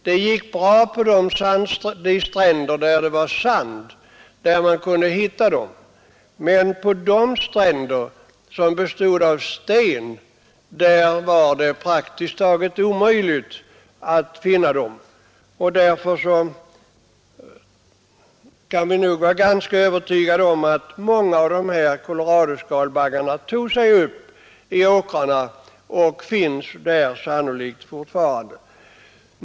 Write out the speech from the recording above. Det gick bra på sandstränder, där man kunde hitta skalbaggarna, men på de stränder som bestod av sten var det praktiskt taget omöjligt att finna dem. Vi kan därför vara ganska övertygade om att många av koloradoskalbaggarna tog sig upp i åkerfälten och sannolikt fortfarande finns där.